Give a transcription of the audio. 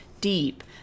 deep